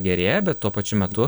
gerėja bet tuo pačiu metu